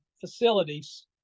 facilities